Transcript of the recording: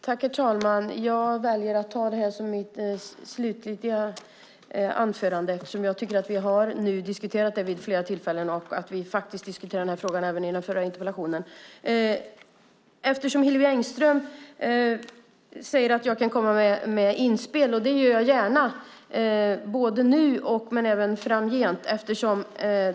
Herr talman! Jag väljer att ta detta som mitt sista anförande i denna debatt. Vi har ju diskuterat detta vid flera tillfällen, och vi diskuterade faktiskt denna fråga även i den förra interpellationen. Hillevi Engström säger att jag kan komma med inspel. Det gör jag gärna, både nu och framgent.